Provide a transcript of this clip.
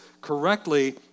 correctly